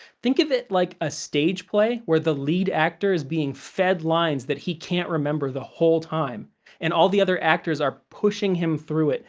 think of it like a stage play where the lead actor is being fed lines that he can't remember the whole time and all the other actors are pushing him through it,